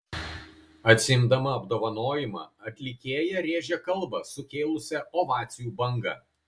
atsiimdama apdovanojimą atlikėja rėžė kalbą sukėlusią ovacijų bangą